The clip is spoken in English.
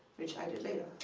which i did later.